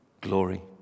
glory